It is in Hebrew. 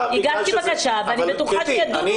הגשתי בקשה ואני